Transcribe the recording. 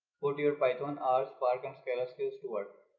put your python, r, spark and scala skills to work.